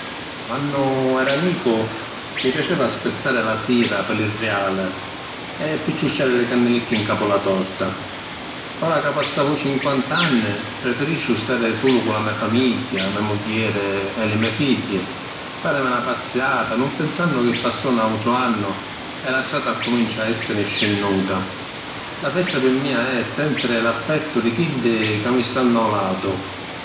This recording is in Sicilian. Quannu era nicu mi piaceva aspittari la sira pi li riàli e pi ciusciari li cannilicchi ‘ncapu la torta. Ora ca passavu cinquant’anni, prifirisciu stari sulu cu la me’ famigghia, me’ mugghieri e li me’ figghi, farimi na passiata nun pinsannu chi passò n’autru annu e la strata accumincia a esseri ‘n scinnuta. La festa pi mia è sentiri l’affettu di chiddi chi mi stannu a lu latu.